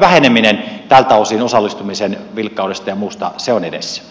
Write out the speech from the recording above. väheneminen tältä osin osallistumisen vilkkaudessa ja muussa se on edessä